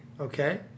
Okay